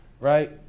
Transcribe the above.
Right